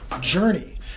journey